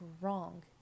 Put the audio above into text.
wrong